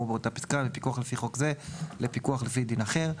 באותה פסקה מפיקוח לפי חוק זה לפיקוח לפי דין אחר,